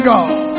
God